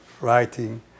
writing